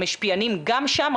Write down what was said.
המשפיענים גם שם,